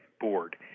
board